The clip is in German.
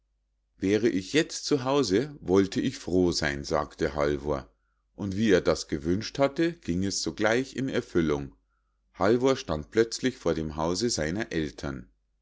wäre ich jetzt zu hause wollte ich froh sein sagte halvor und wie er das gewünscht hatte ging es sogleich in erfüllung halvor stand plötzlich vor dem hause seiner ältern